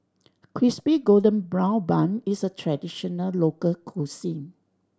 Crispy Golden Brown Bun is a traditional local cuisine